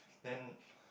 then